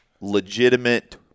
legitimate